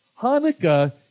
Hanukkah